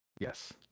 Yes